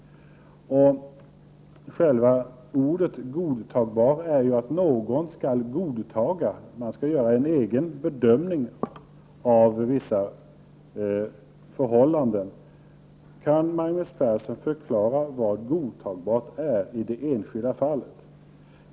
Själva ordet godtagbar innebär ju att någon skall godtaga. Man skall göra en egen bedömning av vissa förhållanden. Kan Magnus Persson förklara vad godtagbart är i de enskilda fallet?